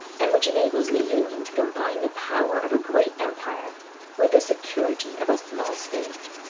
and which enables the union to combine the power of a great empire with the security of a small state.